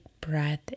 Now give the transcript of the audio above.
breath